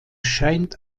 scheint